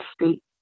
state